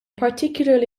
particularly